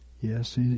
Yes